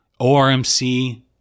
ORMC